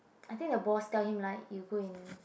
I think the boss tell him like you go and